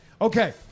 Okay